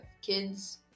kids